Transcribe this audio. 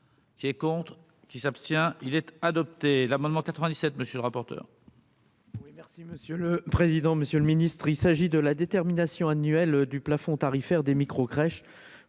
qui est contre. Qui s'abstient il être adopté l'amendement 97, monsieur le rapporteur.